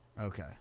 Okay